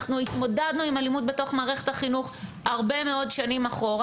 אנחנו התמודדנו עם אלימות בתוך מערכת החינוך הרבה מאוד שנים אחורה.